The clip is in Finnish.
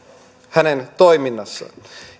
toiminnassaan